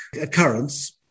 occurrence